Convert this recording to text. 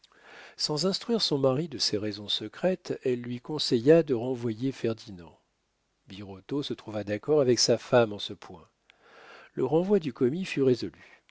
sans instruire son mari de ses raisons secrètes elle lui conseilla de renvoyer ferdinand birotteau se trouva d'accord avec sa femme en ce point le renvoi du commis fut résolu